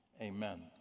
Amen